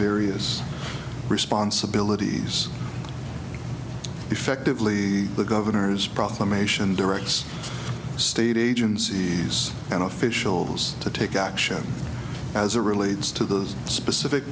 various responsibilities effectively the governor's proclamation directs state agencies and officials to take action as a relates to the specific